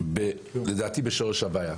לדעתי בשורש הבעיה.